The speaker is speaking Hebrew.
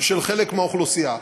של חלק מהאוכלוסייה.